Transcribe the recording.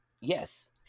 yes